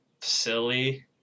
silly